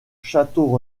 château